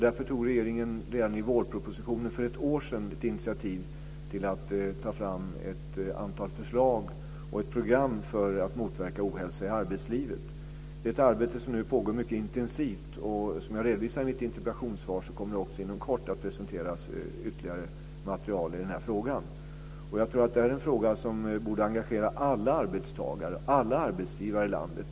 Därför tog regeringen redan i vårpropositionen för ett år sedan initiativ till att ta fram ett antal förslag och ett program för att motverka ohälsa i arbetslivet. Det är ett arbete som nu pågår mycket intensivt, och som jag redovisade i mitt interpellationssvar kommer det också inom kort att presenteras ytterligare material i denna fråga. Jag tror att det här är en fråga som borde engagera alla arbetstagare och alla arbetsgivare i landet.